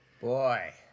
Boy